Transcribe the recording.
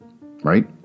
Right